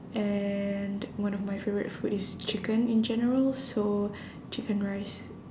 and one of my favourite food is chicken in general so chicken rice